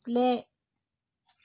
play